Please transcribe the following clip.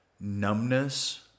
numbness